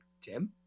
Tim